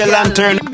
Lantern